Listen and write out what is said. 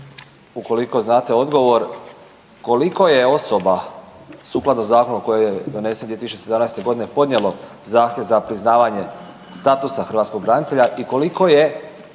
ukoliko znate odgovor. Koliko je osoba sukladno zakonu koji je donesen iz 2017. g. podnijelo zahtjev za priznavanje statusa hrvatskog branitelja i koliko je